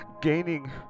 gaining